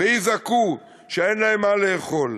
ויזעקו שאין להם מה לאכול,